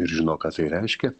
ir žino ką tai reiškia